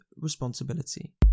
responsibility